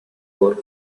for